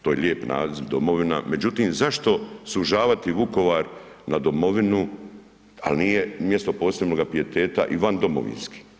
To je lijep naziv, domovina, međutim zašto sužavati Vukovar na domovinu, al nije mjesto posebnog pijeteta i van domovinski.